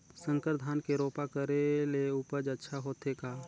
संकर धान के रोपा करे ले उपज अच्छा होथे का?